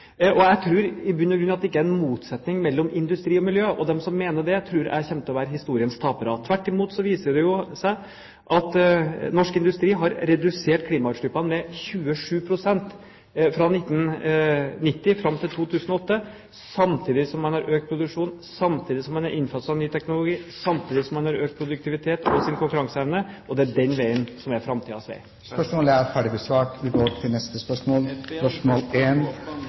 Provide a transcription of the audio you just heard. Jeg tror i bunn og grunn at det ikke er en motsetning mellom industri og miljø. De som mener det er det, tror jeg kommer til å være historiens tapere. Tvert imot viser det seg at norsk industri har redusert klimautslippene med 27 pst. fra 1990 fram til 2008, samtidig som man har økt produksjonen, samtidig som man har innfaset ny teknologi, samtidig som man har økt produktiviteten og konkurranseevnen. Det er den veien som er framtidens vei. Jeg vil be om å få oppklare en åpenbar misforståelse. Det er ikke adgang til